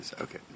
Okay